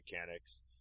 mechanics